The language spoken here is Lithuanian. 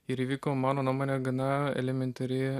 ir įvyko mano nuomone gana elementari